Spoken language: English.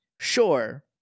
Sure